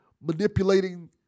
manipulating